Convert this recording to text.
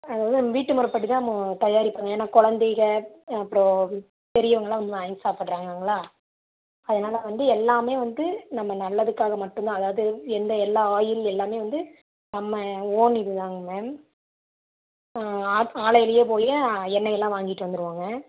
அதாவது வீட்டு முறைப்படி தான் நம்மோ தயாரிப்போம் ஏனால் கொழந்தைகள் அப்புறம் பெரியவங்களாம் வந்து வாங்கி சாப்பிடுறாங்கங்களா அதனால வந்து எல்லாமே வந்து நம்ம நல்லதுக்காக மட்டும் தான் அதாவது எந்த எல்லா ஆயில் எல்லாமே வந்து நம்ம ஓன் இது தாங்க மேம் ஆட் ஆலையிலையே போய் எண்ணெய் எல்லாம் வாங்கிட்டு வந்துடுவோங்க